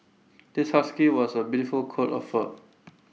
this husky was A beautiful coat of fur